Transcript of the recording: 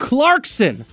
clarkson